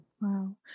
Wow